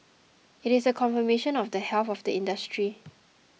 it is a confirmation of the health of the industry